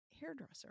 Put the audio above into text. hairdresser